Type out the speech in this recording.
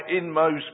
inmost